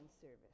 service